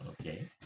Okay